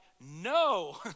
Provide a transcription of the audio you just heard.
no